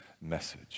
message